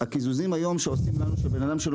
הקיזוזים שעושים לנו היום על אדם שלא